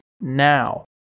now